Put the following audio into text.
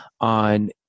on